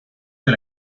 del